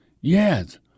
Yes